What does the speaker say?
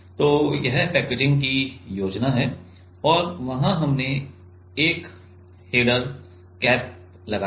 तो यह पैकेजिंग की योजना है और वहां हमने एक हेडर कैप लगाया है